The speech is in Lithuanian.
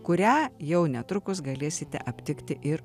kurią jau netrukus galėsite aptikti ir